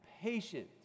patient